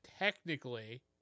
Technically